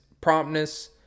Promptness